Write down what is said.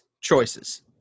choices